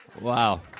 Wow